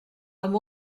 amb